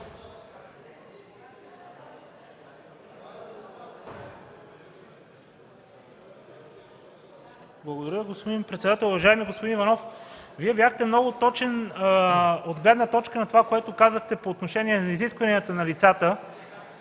Благодаря Ви, господин председател. Уважаеми господин Иванов, Вие бяхте много точен от гледна точка на това, което казахте по отношение на изискванията за лицата,